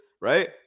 right